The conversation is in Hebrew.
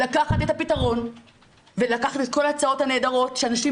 לקחת את הפתרון ולקחת את כל ההצעות הנהדרות שהאנשים